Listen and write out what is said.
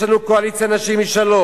יש לנו "קואליציית נשים לשלום",